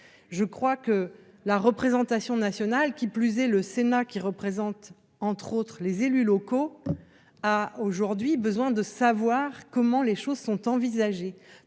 je crois que la représentation nationale, qui plus est, le Sénat, qui représente, entre autres, les élus locaux, a aujourd'hui besoin de savoir comment les choses sont envisagées